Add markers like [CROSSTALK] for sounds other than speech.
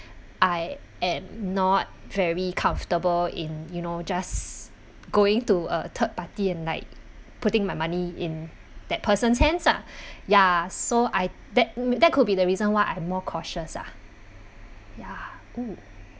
I am not very comfortable in you know just going to a third party and like putting my money in that person's hands ah ya so I that m~ that could be the reason why I more cautious ah ya [NOISE]